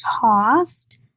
Toft